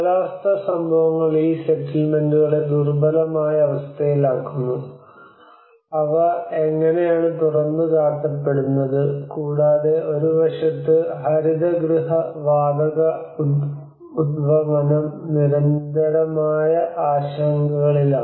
കാലാവസ്ഥ സംഭവങ്ങൾ ഈ സെറ്റിൽമെന്റുകളെ ദുർബലമായ അവസ്ഥയിലാക്കുന്നു അവ എങ്ങനെയാണ് തുറന്നുകാട്ടപ്പെടുന്നത് കൂടാതെ ഒരു വശത്ത് ഹരിതഗൃഹ വാതക ഉദ്വമനം നിരന്തരമായ ആശങ്കകളിലാണ്